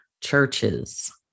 churches